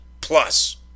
Plus